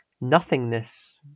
nothingness